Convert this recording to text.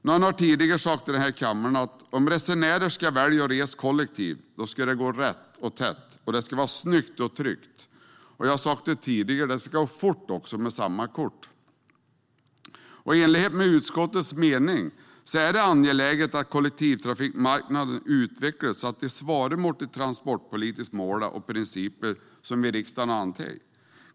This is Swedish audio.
Någon har tidigare i kammaren sagt: Om resenärer ska välja att resa kollektivt ska det gå rätt och tätt, och det ska vara snyggt och tryggt. Och jag har tidigare sagt: Det ska också gå fort med samma kort. Enligt utskottets mening är det angeläget att kollektivtrafikmarknaden utvecklas så att den svarar mot de transportpolitiska mål och principer som vi i riksdagen har antagit.